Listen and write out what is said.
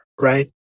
right